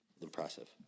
impressive